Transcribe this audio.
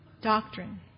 doctrine